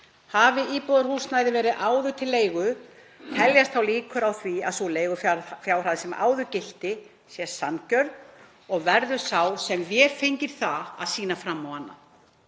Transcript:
Hafi íbúðarhúsnæði verið áður til leigu teljast þá líkur á því að sú leigufjárhæð sem áður gilti sé sanngjörn og verður sá sem vefengir það að sýna fram á annað.